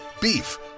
Beef